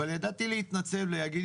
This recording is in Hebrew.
אבל ידעתי להתנצל ולהגיד